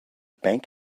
bank